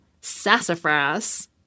sassafras